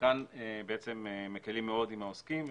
כאן מקלים מאוד עם העוסקים.